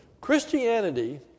Christianity